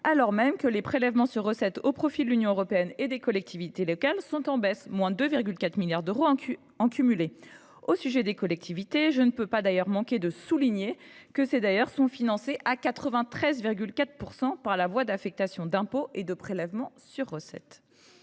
alors même que les prélèvements sur recettes au profit de l’Union européenne et des collectivités locales sont en baisse, de 2,4 milliards d’euros en cumulé. Je ne peux d’ailleurs pas manquer de souligner que les collectivités sont financées à 93,4 % par la voie d’affectations d’impôts et de prélèvements sur recettes.